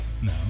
No